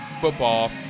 football